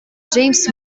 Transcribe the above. james